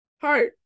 heart